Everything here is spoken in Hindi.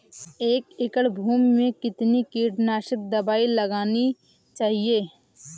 एक एकड़ भूमि में कितनी कीटनाशक दबाई लगानी चाहिए?